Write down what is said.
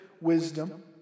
wisdom